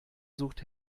sucht